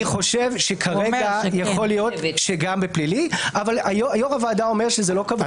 אני חושב שכרגע יכול להיות שגם בפלילי אבל יושב-ראש הוועדה שזה לא כך.